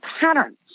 patterns